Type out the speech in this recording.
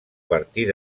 partir